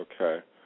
Okay